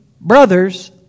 brothers